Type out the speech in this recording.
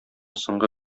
соңгы